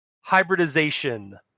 hybridization